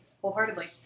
wholeheartedly